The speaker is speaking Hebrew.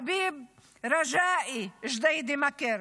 חביב רג'אי מג'דיידה-מכר,